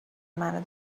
منو